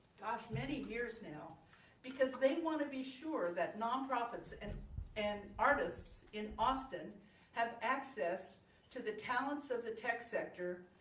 gosh, many years now because they want to be sure that nonprofits and and artists in austin have access to the talents of the tech sector,